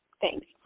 Thanks